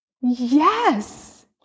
Yes